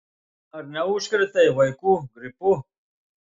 ar neužkrėtei vaikų gripu